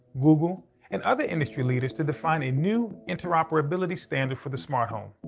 google and other industry leaders to define a new interoperability standard for the smart home.